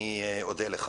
אני אודה לך.